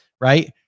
right